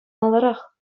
маларах